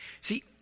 See